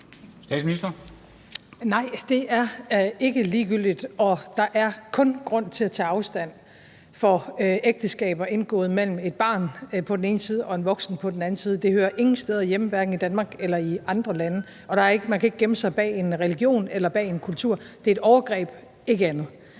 Frederiksen): Nej, det er ikke ligegyldigt, og der er kun grund til at tage afstand fra ægteskaber indgået mellem et barn på den ene side og en voksen på den anden side. Det hører ingen steder hjemme, hverken i Danmark eller i andre lande, og man kan ikke gemme sig bag en religion eller en kultur. Det er et overgreb – ikke andet.